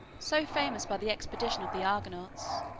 so famous by the expedition of the argonauts